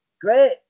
great